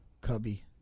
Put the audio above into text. Cubby